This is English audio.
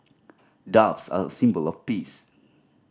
doves are a symbol of peace